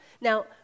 Now